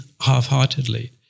half-heartedly